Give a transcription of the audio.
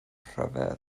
rhyfedd